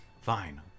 Fine